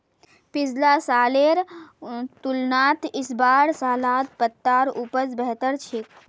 पिछला सालेर तुलनात इस बार सलाद पत्तार उपज बेहतर छेक